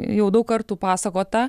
jau daug kartų pasakota